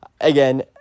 again